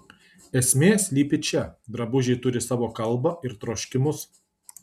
esmė slypi čia drabužiai turi savo kalbą ir troškimus